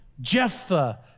Jephthah